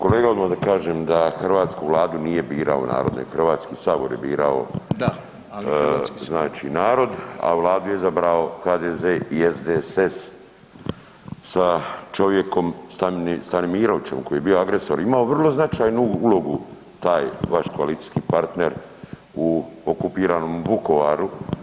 Kolega odmah da kažem da hrvatsku Vladu nije birao narod, nego Hrvatski sabor je birao znači narod, a Vladu je izabrao HDZ i SDSS sa čovjekom Stanimirovićem koji je bio agresor, imao vrlo značajnu ulogu taj vaš koalicijski partner u okupiranom Vukovaru.